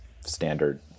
standard